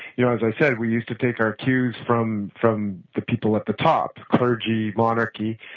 you know, as i said, we used to take our cues from from the people at the top, clergy, monarchy,